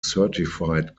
certified